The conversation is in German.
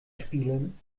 spielen